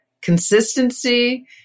consistency